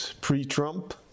pre-Trump